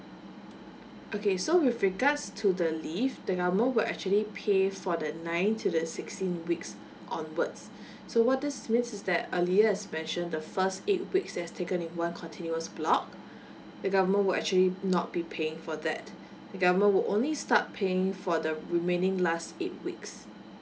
okay so with regards to the leave the government will actually pay for the nine to the sixteen weeks onward so what this means is that earlier as mentioned the first eight weeks has taken in one continuous block the government will actually not be paying for that the government will only start paying for the remaining last eight weeks